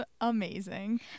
amazing